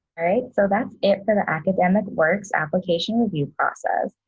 alright so that's it for the academic works application review process.